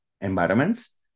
environments